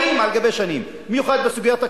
שנים על שנים, במיוחד בסוגיית הקרקעות,